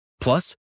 Plus